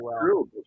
true